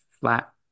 flat